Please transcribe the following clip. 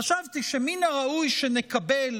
חשבתי שמן הראוי שנקבל